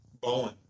Bowen